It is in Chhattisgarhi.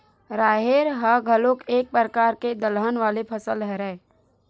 राहेर ह घलोक एक परकार के दलहन वाले फसल हरय